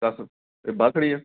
बाहर खड़ी है